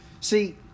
See